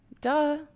duh